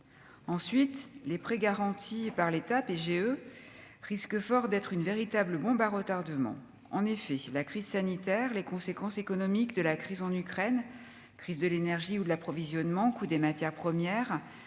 ensuite les prêts garantis par l'État, PGE risque fort d'être une véritable bombe à retardement en effet la crise sanitaire, les conséquences économiques de la crise en Ukraine, crise de l'énergie ou de l'approvisionnement, coût des matières premières